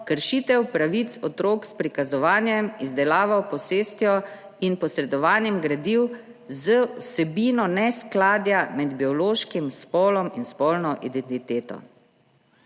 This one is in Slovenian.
Kršitev pravic otrok s prikazovanjem, izdelavo, posestjo in posredovanjem gradiv z vsebino neskladja med biološkim spolom in spolno identiteto.